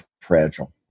fragile